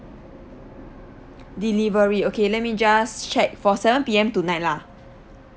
delivery okay let me just check for seven P_M tonight lah